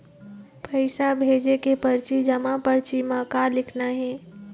पैसा भेजे के परची जमा परची म का लिखना हे?